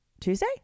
Tuesday